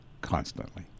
constantly